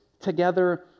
together